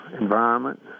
environment